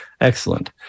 excellent